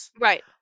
Right